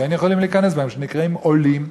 כן יכולים להיכנס והם נקראים עולים?